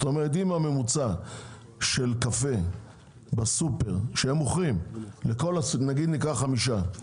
אם הממוצע של קפה בסופר, נגיד ניקח חמישה,